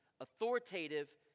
authoritative